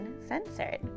Uncensored